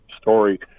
story